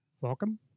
welcome